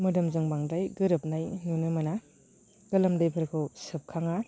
मोदोमजों बांद्राय गोरोबनाय नुनो मोना गोलोमदैफोरखौ सोबखाङा